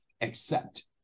accept